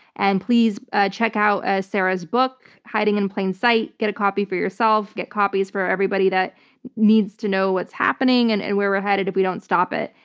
and please ah check out ah sarah's book, hiding in plain sight. get a copy for yourself, get copies for everybody that needs to know what's happening and and where we're headed if we don't stop it.